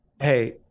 Hey